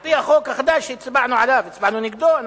על-פי החוק החדש שהצבענו עליו, אנחנו הצבענו נגדו,